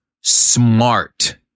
smart